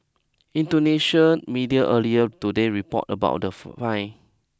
Indonesia media earlier today reported about the fine